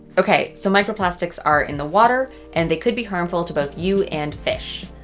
ok. so microplastics are in the water. and they could be harmful to both you and fish.